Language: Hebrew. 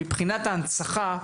מבחינת ההנצחה,